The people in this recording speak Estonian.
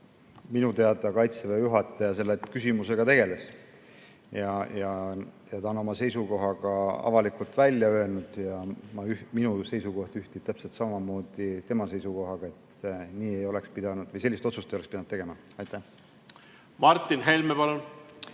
Minu teada Kaitseväe juhataja selle küsimusega tegeles ja ta on oma seisukoha ka avalikult välja öelnud. Minu seisukoht ühtib tema seisukohaga, et nii ei oleks pidanud olema, sellist otsust ei oleks pidanud tegema. Martin Helme, palun!